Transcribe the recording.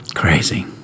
crazy